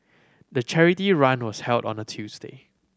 the charity run was held on a Tuesday